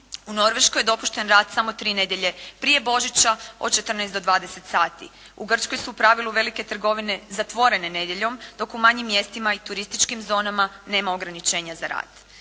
U Norveškoj, dopušten rad samo tri nedjelje prije Božića od 14 do 20 sati. U Grčkoj su u pravilu velike trgovine zatvorene nedjeljom, dok u manjim mjestima i turističkim zonama nema ograničenja za rad.